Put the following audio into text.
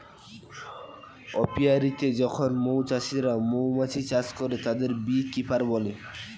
অপিয়া রীতে যখন মৌ চাষিরা মৌমাছি চাষ করে, তাদের বী কিপার বলে